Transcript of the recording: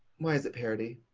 why is it parody?